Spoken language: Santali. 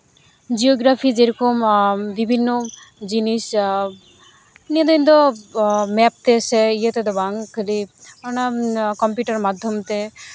ᱡᱤᱭᱳᱜᱨᱟᱯᱷᱤ ᱡᱮᱨᱚᱠᱚᱢ ᱵᱤᱵᱷᱤᱱᱱᱚ ᱡᱤᱱᱤᱥ ᱱᱤᱭᱟᱹᱫᱚ ᱤᱧᱫᱚ ᱢᱮᱯ ᱛᱮᱥᱮ ᱤᱭᱟᱹ ᱛᱮᱫᱚ ᱵᱟᱝ ᱠᱷᱟᱹᱞᱤ ᱚᱱᱟ ᱠᱚᱢᱯᱤᱭᱩᱴᱟᱨ ᱢᱟᱫᱽᱫᱷᱚᱢ ᱛᱮ